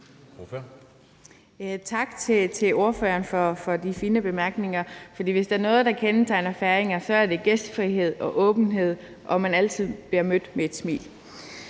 Tak til ordføreren for de fine bemærkninger, for hvis der er noget, der kendetegner færinger, er det gæstfrihed og åbenhed, og at man altid bliver mødt med et smil.